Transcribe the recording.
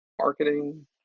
marketing